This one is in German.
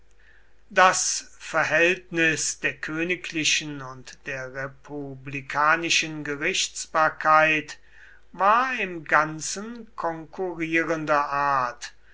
das verhältnis der königlichen und der republikanischen gerichtsbarkeit war im ganzen konkurrierender art